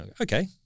Okay